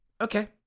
Okay